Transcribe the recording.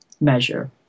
measure